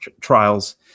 trials